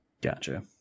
Gotcha